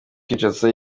kinshasa